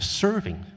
serving